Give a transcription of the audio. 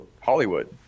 Hollywood